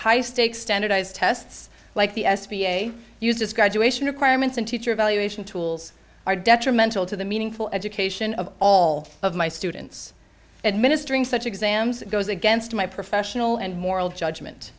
high stakes standardized tests like the s b a used as graduation requirements and teacher evaluation tools are detrimental to the meaningful education of all of my students administering such exams goes against my professional and moral judgment